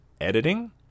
editing